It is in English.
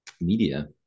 media